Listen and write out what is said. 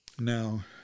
Now